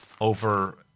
over